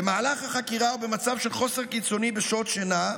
במהלך החקירה, ובמצב של חוסר קיצוני בשעות שינה,